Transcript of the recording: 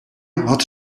had